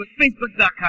Facebook.com